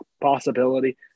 possibility